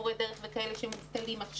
מורי דרך שכרגע מובטלים.